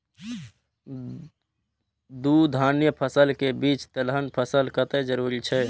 दू धान्य फसल के बीच तेलहन फसल कतेक जरूरी छे?